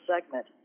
segment